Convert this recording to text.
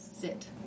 sit